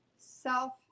self